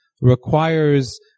requires